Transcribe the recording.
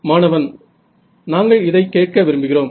மாணவன் நாங்கள் இதை கேட்க விரும்புகிறோம்